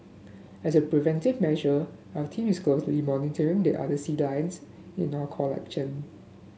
as a preventive measure our team is closely monitoring the other sea lions in our collection